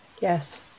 yes